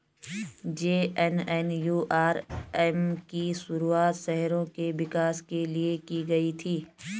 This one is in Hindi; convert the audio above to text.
जे.एन.एन.यू.आर.एम की शुरुआत शहरों के विकास के लिए की गई थी